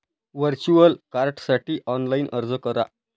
virtual कार्डसाठी online अर्ज करा